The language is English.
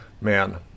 man